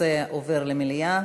הנושא עובר למליאה.